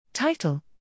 Title